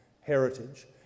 heritage